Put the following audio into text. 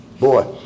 boy